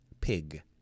pig